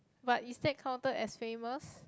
but is that counted as famous